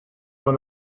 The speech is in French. dans